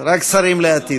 רק שרים לעתיד.